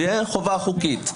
תהיה חובה חוקית.